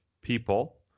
people